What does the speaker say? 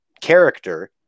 character